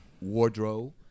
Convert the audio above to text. wardrobe